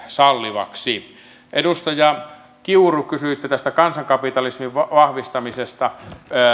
sallivaksi edustaja kiuru kysyitte tästä kansankapitalismin vahvistamisesta